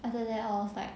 other than I was like